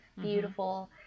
beautiful